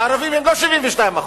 הערבים הם לא 72%;